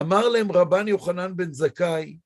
אמר להם רבן יוחנן בן זכאי